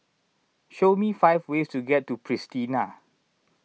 show me five ways to get to Pristina